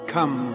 Come